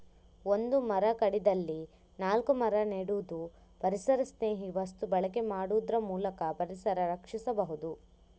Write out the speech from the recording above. ಒಂದು ಮರ ಕಡಿದಲ್ಲಿ ನಾಲ್ಕು ಮರ ನೆಡುದು, ಪರಿಸರಸ್ನೇಹಿ ವಸ್ತು ಬಳಕೆ ಮಾಡುದ್ರ ಮೂಲಕ ಪರಿಸರ ರಕ್ಷಿಸಬಹುದು